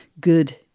good